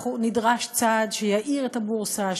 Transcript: נדרש צעד שיעיר את הבורסה,